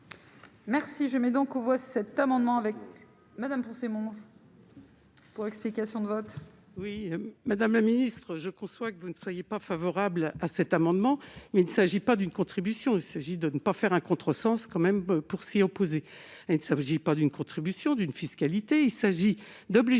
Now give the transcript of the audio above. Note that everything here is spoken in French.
Merci, je mets donc aux voix cet amendement avec Madame forcément. Pour explication de vote. Oui, madame la ministre, je conçois que vous ne soyez pas favorable à cet amendement, mais il ne s'agit pas d'une contribution, il s'agit de ne pas faire un contre-sens quand même pour s'y opposer, il ne s'agit pas d'une contribution d'une fiscalité, il s'agit d'obliger